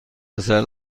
پسر